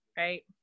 right